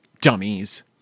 dummies